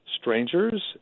strangers